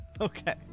Okay